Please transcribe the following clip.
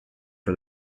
for